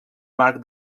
marc